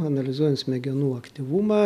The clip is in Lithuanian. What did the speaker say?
analizuojant smegenų aktyvumą